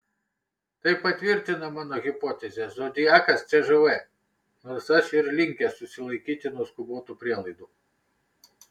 tai patvirtina mano hipotezę zodiakas cžv nors aš ir linkęs susilaikyti nuo skubotų prielaidų